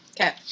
Okay